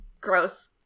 gross